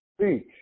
speech